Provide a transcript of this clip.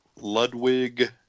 Ludwig